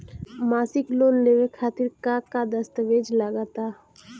मसीक लोन लेवे खातिर का का दास्तावेज लग ता?